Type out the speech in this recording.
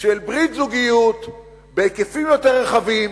של ברית זוגיות בהיקפים יותר רחבים,